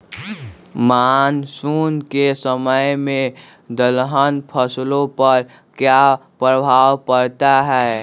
Monsoon के समय में दलहन फसलो पर क्या प्रभाव पड़ता हैँ?